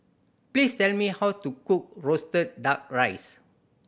please tell me how to cook roasted Duck Rice